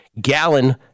Gallon